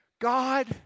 God